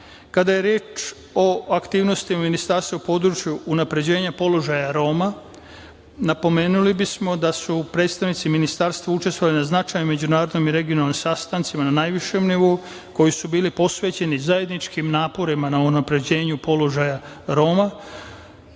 je reč o aktivnostima ministarstva u području unapređenja položaja Roma, napomenuli bismo da su predstavnici ministarstva učestvovali na značajnim međunarodnim i regionalnim sastancima na najvišem nivou, koji su bili posvećeni zajedničkim naporima na unapređenju položaja Roma.